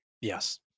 Yes